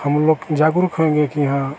हम लोग जागरूक होएंगे कि हाँ